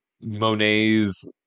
Monet's